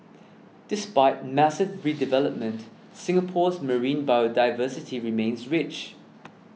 despite massive redevelopment Singapore's marine biodiversity remains rich